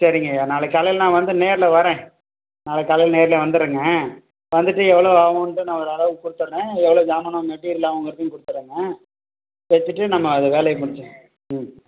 சரிங்கய்யா நாளைக்கு காலையில நான் வந்து நேரில் வரேன் நாளைக்கு காலைல நேர்ல வந்துடுறேங்க வந்துவிட்டு எவ்வளோ ஆவுன்ட்டு நான் ஒரு அளவு கொடுத்துட்றேன் எவ்வளோ சாமான் மெட்டீரியல் ஆவுங்கறதையும் கொடுத்துட்றேங்க வச்சிவிட்டு நம்ம அது வேலையை முடிச்சிவிடுவோம் ம்